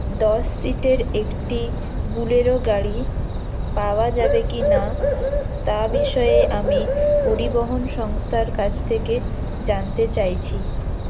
দশ সিটের একটি বোলেরো গাড়ি পাওয়া যাবে কিনা তা বিষয়ে আমি পরিবহণ সংস্থার কাছ থেকে জানতে চাইছি